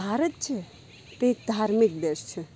ભારત છે તે ધાર્મિક દેશ છે